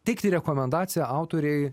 teikti rekomendaciją autorei